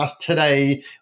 today